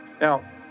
Now